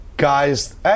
Guys